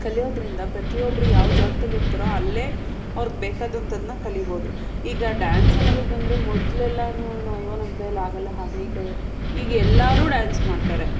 ಕಲಿಯೋದ್ರಿಂದ ಪ್ರತಿಯೊಬ್ಬರು ಯಾವ ಜಾಗ್ದಲ್ಲಿ ಇರ್ತಾರೋ ಅಲ್ಲೇ ಅವ್ರ್ಗೆ ಬೇಕಾದಂಥದನ್ನ ಕಲಿಬೋದು ಈಗ ಡ್ಯಾನ್ಸ್ ಅನ್ನೋದಕ್ ಬಂದರೂ ಮೊದ್ಲೆಲ್ಲಾನು ಅಯ್ಯೋ ನಮ್ಮ ಕೈಯಲ್ಲಿ ಆಗಲ್ಲ ಹಾಗೆ ಹೀಗೆ ಈಗ ಎಲ್ಲರು ಡ್ಯಾನ್ಸ್ ಮಾಡ್ತಾರೆ